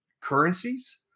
currencies